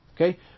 okay